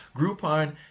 Groupon